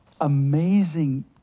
amazing